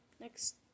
next